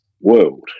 world